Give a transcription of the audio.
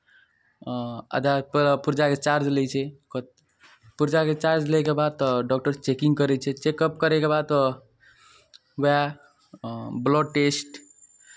आधार पुर्जाके चार्ज लै छै पुर्जाकेँ चार्ज लैके बाद तऽ डॉक्टर चेकिंग करै छै चेकअप करैके बाद तऽ उएह ब्लड टेस्ट